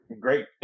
Great